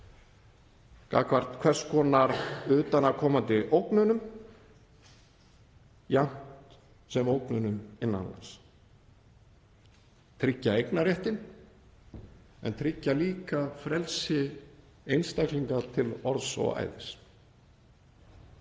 gagnvart hvers konar utanaðkomandi ógnum jafnt sem ógnunum innan lands, tryggja eignarréttinn en tryggja líka frelsi einstaklinga til orðs og æðis.